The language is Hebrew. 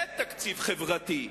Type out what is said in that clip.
זה תקציב חברתי.